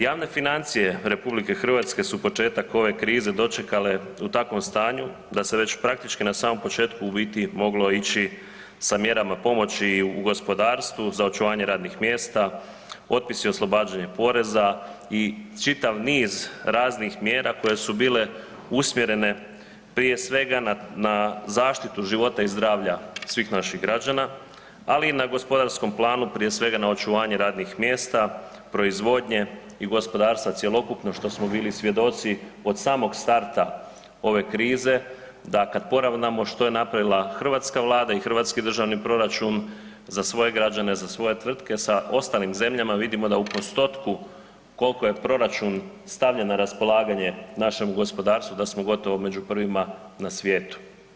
Javne financije RH su početak ove krize dočekale u takvom stanju da se već praktički na samom početku u biti moglo ići sa mjerama pomoći u gospodarstvu, za očuvanje radnih mjesta, otpisi i oslobađanje poreza i čitav niz raznih mjera koje su bile usmjerene prije svega na zaštitu života i zdravlja svih naših građana, ali i na gospodarskom planu, prije svega na očuvanje radnih mjesta, proizvodnje i gospodarstva cjelokupno što smo bili svjedoci od samog starta ove krize da kada poravnamo što je napravila hrvatska Vlada i hrvatski državni proračun za svoje građane, za svoje tvrtke sa ostalim zemljama vidimo da u postotku koliko je proračun stavljen na raspolaganje našem gospodarstvu da smo gotovo među prvima na svijetu.